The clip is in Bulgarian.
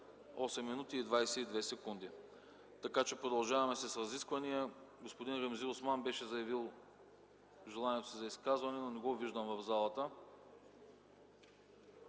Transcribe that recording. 8 минути и 22 секунди. Продължаваме с разискванията. Господин Ремзи Осман беше заявил желанието си за изказване, но не го виждам в залата.